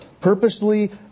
purposely